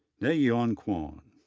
na yeon kwon,